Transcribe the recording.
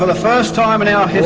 but first time in our